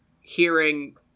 hearing